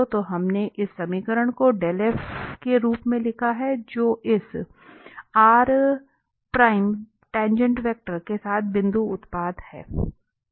तो हमने इस समीकरण को के रूप में लिखा है जो इस टाँगेँट वेक्टर के साथ बिंदु उत्पाद है